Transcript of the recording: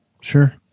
sure